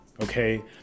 okay